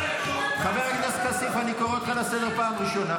חבר הכנסת כסיף, אני קורא אותך לסדר פעם ראשונה.